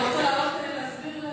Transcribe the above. אתה רוצה לעלות להסביר,